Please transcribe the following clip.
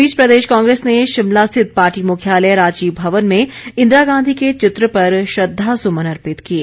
इस बीच प्रदेश कांगेस ने शिमला स्थित पार्टी मुख्यालय राजीव भवन में इंदिरा गांधी के चित्र पर श्रद्वासुमन अर्पित किए